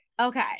Okay